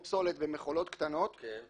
ככה זה עובד.